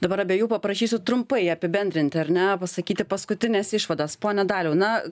dabar abiejų paprašysiu trumpai apibendrinti ar ne pasakyti paskutines išvadas pone daliau na